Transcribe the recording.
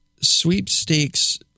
Sweepstakes